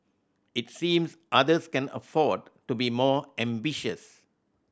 it seems others can afford to be more ambitious